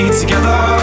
together